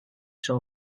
zal